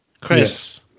Chris